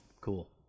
cool